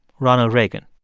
ronald reagan.